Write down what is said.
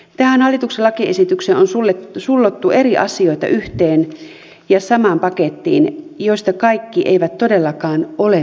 tähän hallituksen lakiesitykseen on sullottu yhteen ja samaan pakettiin eri asioita joista kaikki eivät todellakaan ole välttämättömiä